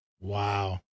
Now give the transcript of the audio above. Wow